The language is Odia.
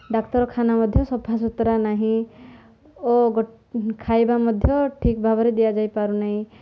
ଡାକ୍ତରଖାନା ମଧ୍ୟ ସଫାସୁୁତୁରା ନାହିଁ ଓ ଖାଇବା ମଧ୍ୟ ଠିକ୍ ଭାବରେ ଦିଆଯାଇପାରୁନାହିଁ